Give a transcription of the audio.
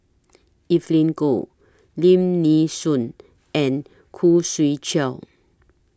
Evelyn Goh Lim Nee Soon and Khoo Swee Chiow